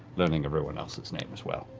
learning everyone else's name as well.